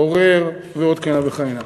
לעורר ועוד כהנה וכהנה.